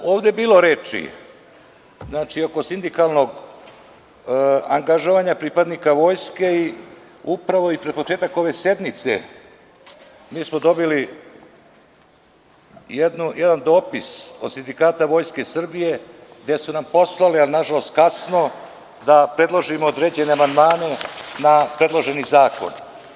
Ovde je bilo reči, oko sindikalnog angažovanja pripadnika vojske i upravu pred početak ove sednice mi smo dobili jedan dopis od sindikata Vojske Srbije gde su nam poslali, ali na žalost kasno da predložimo određene amandmane na predloženi zakon.